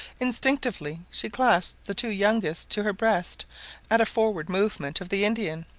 instinctively she clasped the two youngest to her breast at a forward movement of the indian.